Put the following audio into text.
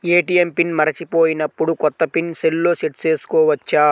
ATM PIN మరచిపోయినప్పుడు, కొత్త PIN సెల్లో సెట్ చేసుకోవచ్చా?